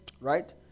right